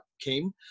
came